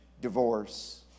divorce